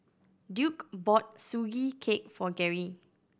Duke bought Sugee Cake for Garry